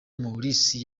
morsi